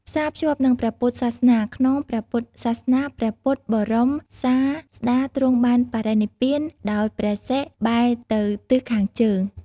ផ្សារភ្ជាប់នឹងព្រះពុទ្ធសាសនា ក្នុងព្រះពុទ្ធសាសនា ព្រះពុទ្ធបរមសាស្តាទ្រង់បានបរិនិព្វានដោយព្រះសិរ្សបែរទៅទិសខាងជើង។